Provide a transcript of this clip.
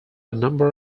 number